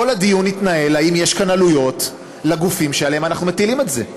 כל הדיון התנהל האם יש כאן עלויות לגופים שעליהם אנחנו מטילים את זה,